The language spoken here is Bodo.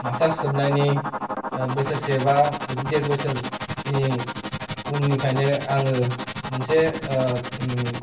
मासथार्स जोबनायनि बोसोरसे बा बिदिनो देर बोसोरनि उननिफ्रायनो आङो मोनसे